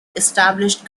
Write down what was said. established